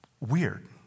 weird